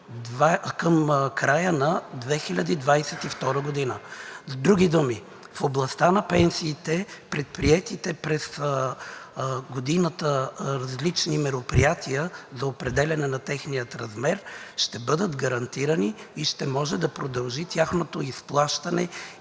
към края на 2022 г. С други думи, в областта на пенсиите предприетите през годината различни мероприятия за определяне на техния размер ще бъдат гарантирани и ще може да продължи тяхното изплащане и